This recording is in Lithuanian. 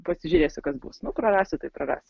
pasižiūrėsiu kas bus nu prarasiu tai prarasiu